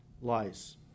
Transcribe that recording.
lies